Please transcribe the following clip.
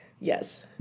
Yes